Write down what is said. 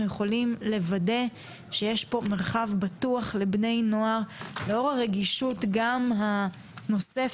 יכולים לוודא שיש מרחב בטוח לבני נוער לאור הרגישות הנוספת